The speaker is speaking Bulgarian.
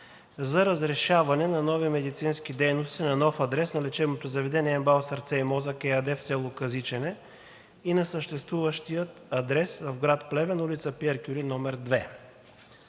за разрешаване на нови медицински дейности на нов адрес на лечебното заведение МБАЛ „Сърце и Мозък“ ЕАД в село Казичене и на съществуващия адрес в град Плевен – ул. „Пиер Кюри“ № 2.